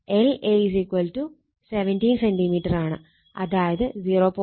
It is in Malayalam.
lA 17 സെന്റിമീറ്റർ ആണ് അതായത് 0